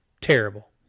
Terrible